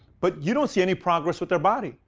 but you don't see any progress with their body.